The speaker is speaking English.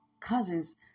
cousins